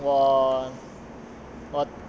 我我